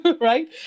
right